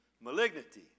malignity